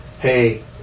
hey